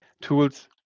tools